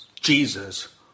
Jesus